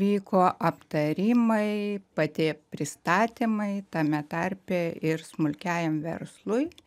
vyko aptarimai pati pristatymai tame tarpe ir smulkiajam verslui